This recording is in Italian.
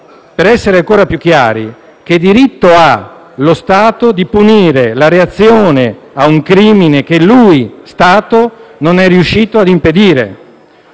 Per essere ancora più chiari: che diritto ha lo Stato di punire la reazione a un crimine che esso - Stato - non è riuscito a impedire?